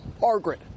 Margaret